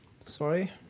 Sorry